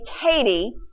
Katie